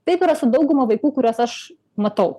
taip yra su dauguma vaikų kuriuos aš matau